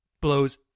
blows